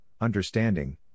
understanding